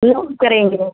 एकदम करेंगे